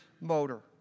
motor